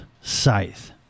Scythe